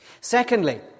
Secondly